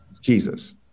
Jesus